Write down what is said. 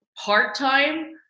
part-time